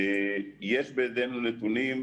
יש בידינו נתונים,